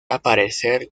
aparecer